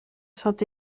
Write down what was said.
saint